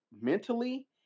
mentally